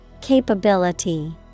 Capability